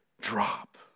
drop